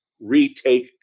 retake